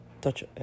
touch